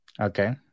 Okay